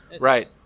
Right